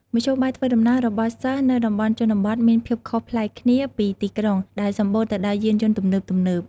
មធ្យោបាយធ្វើដំណើររបស់សិស្សនៅតំបន់ជនបទមានភាពខុសប្លែកគ្នាពីទីក្រុង ដែលសម្បូរទៅដោយយានយន្តទំនើបៗ។